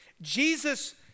Jesus